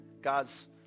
God's